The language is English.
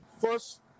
First